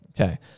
Okay